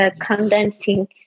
condensing